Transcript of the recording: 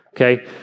Okay